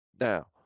Now